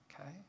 okay